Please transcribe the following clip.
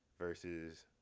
versus